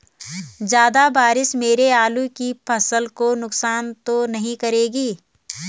ज़्यादा बारिश मेरी आलू की फसल को नुकसान तो नहीं करेगी?